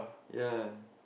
ya